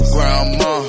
Grandma